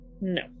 No